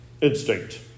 Instinct